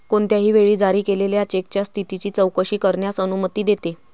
कोणत्याही वेळी जारी केलेल्या चेकच्या स्थितीची चौकशी करण्यास अनुमती देते